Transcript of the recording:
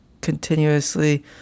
continuously